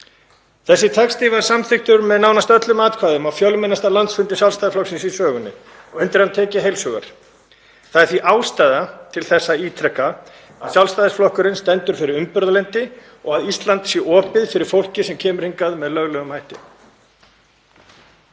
Þessi texti var samþykktur með nánast öllum atkvæðum á fjölmennasta landsfundi Sjálfstæðisflokksins í sögunni og undir hann tek ég heils hugar. Það er því ástæða til að ítreka að Sjálfstæðisflokkurinn stendur fyrir umburðarlyndi og að Ísland er opið fyrir fólki sem kemur hingað með löglegum hætti.